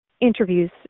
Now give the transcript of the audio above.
interviews